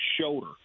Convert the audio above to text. shoulder